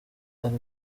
ari